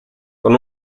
con